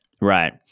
Right